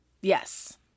Yes